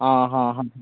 आ हा हा